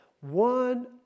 One